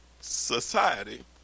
society